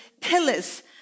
pillars